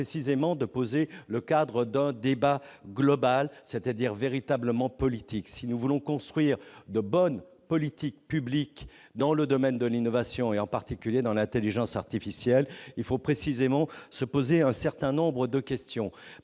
de poser le cadre d'une discussion globale, c'est-à-dire véritablement politique. Si nous voulons construire de bonnes politiques publiques dans le domaine de l'innovation et, en particulier, dans celui de l'intelligence artificielle, il faut se poser certaines questions.